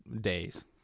days